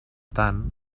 tant